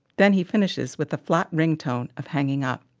then he finishes with the flat ring tone of hanging up.